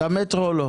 אושר.